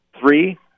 Three